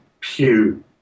Pew